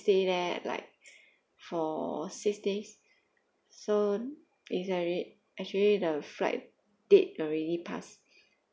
stay there like for six days so actually the flight date already passed